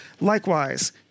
Likewise